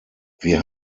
wir